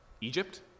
Egypt